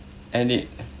and it